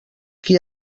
qui